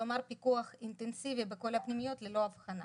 כלומר, פיקוח אינטנסיבי בכל הפנימיות ללא הבחנה.